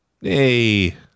Hey